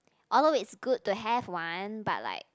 although it's good to have one but like